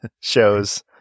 shows